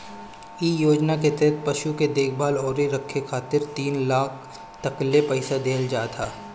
इ योजना के तहत पशु के देखभाल अउरी रखे खातिर तीन लाख तकले पईसा देहल जात ह